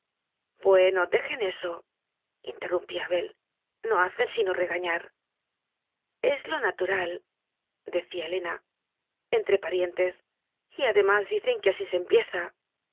qué bueno dejen esointerrumpía abel no hacen sino regañar es lo naturaldecía helenaentre pa rientes y además dicen que así se empieza